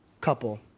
couple